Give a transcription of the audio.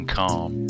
calm